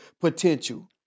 potential